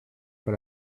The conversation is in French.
pas